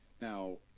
Now